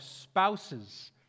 spouses